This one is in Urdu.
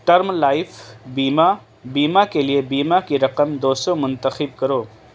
ٹرم لائفس بیمہ بیمہ کے لیے بیمہ کی رقم دو سو منتخب کرو